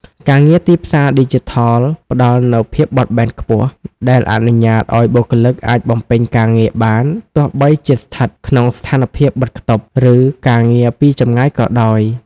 ការងារទីផ្សារឌីជីថលផ្តល់នូវភាពបត់បែនខ្ពស់ ដែលអនុញ្ញាតឱ្យបុគ្គលិកអាចបំពេញការងារបានទោះបីជាស្ថិតក្នុងស្ថានភាពបិទខ្ទប់ ឬការងារពីចម្ងាយក៏ដោយ។